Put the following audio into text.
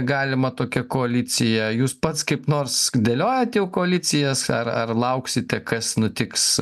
galima tokia koalicija jūs pats kaip nors dėliojat jau koalicijas ar lauksite kas nutiks